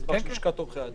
מסמך לשכת עורכי הדין,